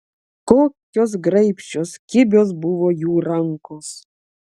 kokios graibščios kibios buvo jų rankos